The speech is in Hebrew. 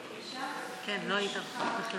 בבקשה, לרשותך עוד דקה.